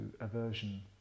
aversion